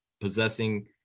possessing